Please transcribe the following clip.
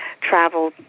travel